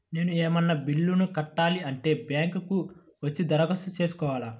నేను ఏమన్నా బిల్లును కట్టాలి అంటే బ్యాంకు కు వచ్చి దరఖాస్తు పెట్టుకోవాలా?